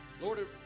Lord